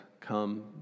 come